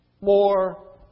more